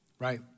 right